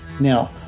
Now